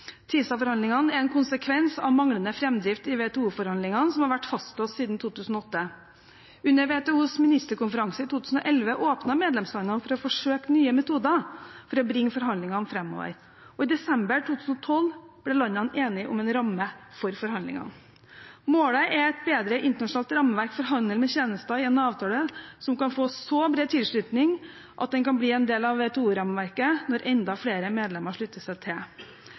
er en konsekvens av manglende framdrift i WTO-forhandlingene, som har vært fastlåst siden 2008. Under WTOs ministerkonferanse i 2011 åpnet medlemslandene for å forsøke nye metoder for å bringe forhandlingene framover, og i desember 2012 ble landene enige om en ramme for forhandlingene. Målet er et bedre internasjonalt rammeverk for handel med tjenester, i en avtale som kan få så bred tilslutning at den kan bli en del av WTO-rammeverket når enda flere medlemmer slutter seg til.